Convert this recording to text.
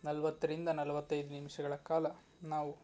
ನಲವತ್ತರಿಂದ ನಲವತ್ತೈದು ನಿಮಿಷಗಳ ಕಾಲ ನಾವು